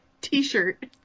t-shirt